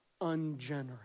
ungenerous